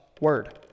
Word